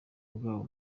bwabo